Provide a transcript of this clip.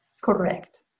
correct